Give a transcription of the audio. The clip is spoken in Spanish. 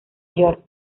york